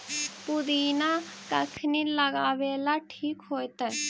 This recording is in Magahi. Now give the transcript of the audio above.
पुदिना कखिनी लगावेला ठिक होतइ?